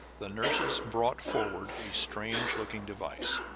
the nurses brought forward a strange-looking device.